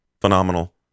Phenomenal